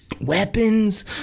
weapons